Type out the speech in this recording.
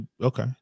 okay